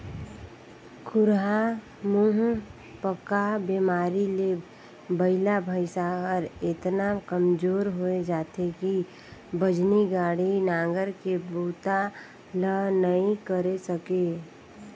खुरहा मुहंपका बेमारी ले बइला भइसा हर एतना कमजोर होय जाथे कि बजनी गाड़ी, नांगर के बूता ल नइ करे सके